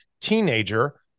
teenager